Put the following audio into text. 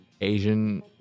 Asian